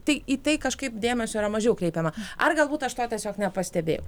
tai į tai kažkaip dėmesio yra mažiau kreipiama ar galbūt aš to tiesiog nepastebėjau